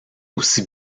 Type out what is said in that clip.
aussi